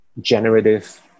generative